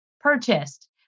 purchased